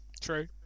True